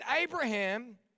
Abraham